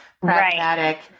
pragmatic